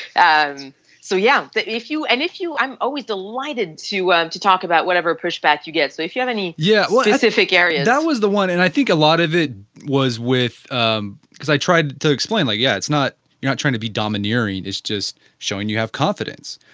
um so yeah, that if you and if you i'm always delighted to ah to talk about whatever prospects you get. so if you have any yeah specific areas, yeah. that was the one and i think a lot of it was with um because i tried to explain like yeah it's not you're not trying to be domineering, it's just showing you have confidence.